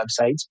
websites